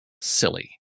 Silly